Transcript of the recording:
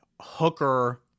Hooker